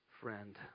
friend